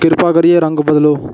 किरपा करियै रंग बदलो